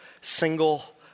single